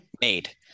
made